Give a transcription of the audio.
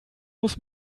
muss